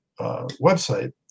website